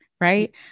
right